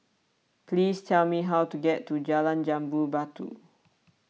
please tell me how to get to Jalan Jambu Batu